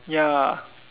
ya